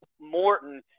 Morton